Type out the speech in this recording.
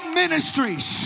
ministries